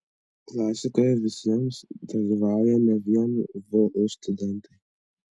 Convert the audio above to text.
klasikoje visiems dalyvauja ne vien vu studentai